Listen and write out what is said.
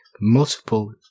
multiple